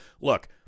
Look